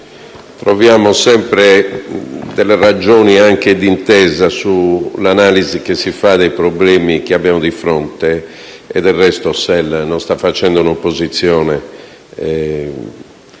troviamo sempre ragioni d'intesa sull'analisi dei problemi che abbiamo di fronte. Del resto, SEL non sta facendo un'opposizione